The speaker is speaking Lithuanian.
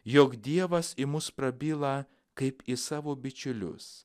jog dievas į mus prabyla kaip į savo bičiulius